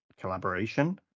collaboration